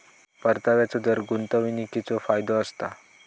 परताव्याचो दर गुंतवणीकीचो फायदो असता